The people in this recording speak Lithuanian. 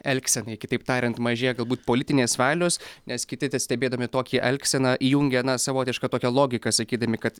elgsenai kitaip tariant mažėja galbūt politinės valios nes kiti stebėdami tokį elgsena įjungia savotišką tokią logiką sakydami kad